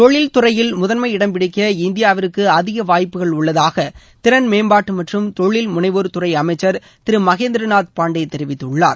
தொழில் துறையில் முதன்மை இடம்பிடிக்க இந்தியாவிற்கு அதிக வாய்ப்புகள் உள்ளதாக திறன் மேம்பாட்டு மற்றும் தொழில் முனைவோர் துறை அமைச்சர் திரு மகேந்திரநாத் பாண்டே தெரிவித்துள்ளார்